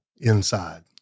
inside